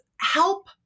help